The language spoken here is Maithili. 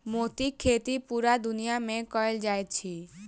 मोतीक खेती पूरा दुनिया मे कयल जाइत अछि